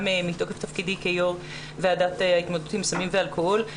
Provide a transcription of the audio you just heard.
גם מתוקף תפקידי כיו"ר ועדת ההתמודדות עם סמים ואלכוהול.